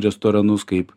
restoranus kaip